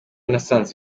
nasanze